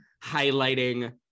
highlighting-